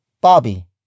Bobby